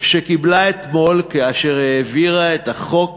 שקיבלה אתמול כאשר העבירה את החוק